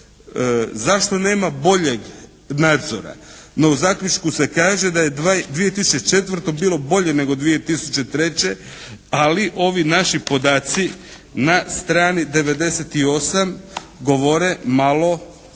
Zašto nema boljeg nadzora? No, u zaključku se kaže da je 2004. bilo bolje nego 2003. ali ovi naši podaci na strani 98 govore malo